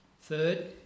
Third